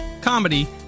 comedy